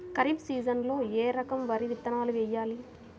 ఖరీఫ్ సీజన్లో ఏ రకం వరి విత్తనాలు వేయాలి?